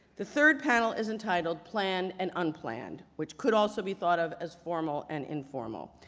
the third panel is entitled plan an unplanned, which could also be thought of as formal and informal.